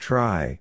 Try